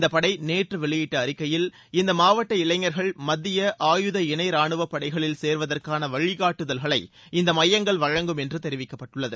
இந்த படை நேற்று வெளியிட்ட அறிக்கையில் இந்த மாவட்ட இளைஞர்கள் மத்திய ஆயுத இணை ரானுவப் படைகளில் சேர்வதற்காள வழிகாட்டுதல்களை இந்த தெரிவிக்கப்பட்டுள்ளது